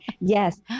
Yes